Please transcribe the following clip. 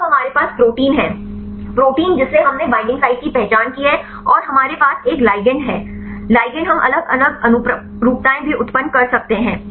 तो अब हमारे पास प्रोटीन है प्रोटीन जिसे हमने बईंडिंग साइट की पहचान की है और हमारे पास एक लिगैंड है लिगैंड हम अलग अलग अनुरूपताएं भी उत्पन्न कर सकते हैं